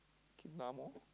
mall